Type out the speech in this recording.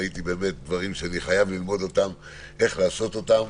ראיתי באמת דברים שאני חייב ללמוד איך לעשות אותם.